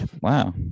Wow